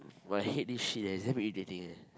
I hate this shit eh it's damn irritating eh